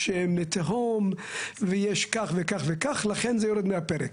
יש מי תהום ויש כך וכך וכך לכן זה יורד מהפרק.